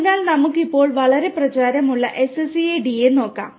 അതിനാൽ നമുക്ക് ഇപ്പോൾ വളരെ പ്രചാരമുള്ള SCADA നോക്കാം